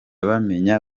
bamenya